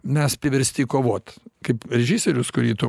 mes priversti kovot kaip režisierius kurį tu